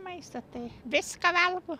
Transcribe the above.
maistą tai viską valgau